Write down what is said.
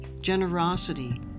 generosity